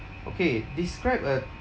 okay describe a